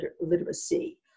literacy